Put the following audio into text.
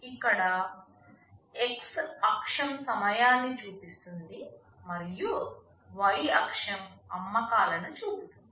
ఇక్కడ x అక్షం సమయాన్ని చూపిస్తుంది మరియు y అక్షం అమ్మకాలను చూపుతుంది